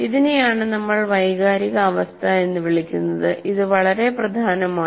ഇതിനെയാണ് നമ്മൾ വൈകാരിക അവസ്ഥ എന്ന് വിളിക്കുന്നത് ഇത് വളരെ പ്രധാനമാണ്